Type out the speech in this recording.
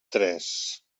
tres